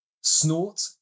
Snort